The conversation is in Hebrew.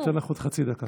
אני נותן לך עוד חצי דקה.